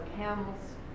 camels